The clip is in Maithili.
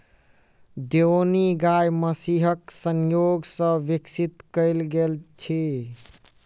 देओनी गाय महीसक संजोग सॅ विकसित कयल गेल अछि